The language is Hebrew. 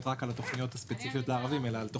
רק על התוכניות הספציפיות לערבים אלא על כל